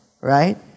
right